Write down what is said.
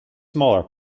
smaller